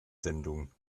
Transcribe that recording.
sendung